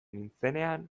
nintzenean